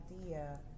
idea